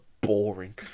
boring